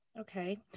Okay